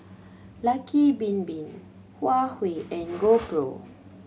Lucky Bin Bin Huawei and GoPro